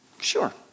Sure